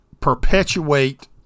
perpetuate